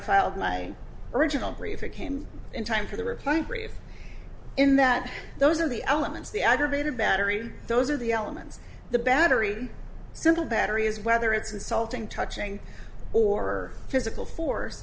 filed my original brief it came in time for the reply brief in that those are the elements the aggravated battery those are the elements the battery simple battery is whether it's insulting touching or physical force